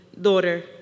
daughter